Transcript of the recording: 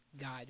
god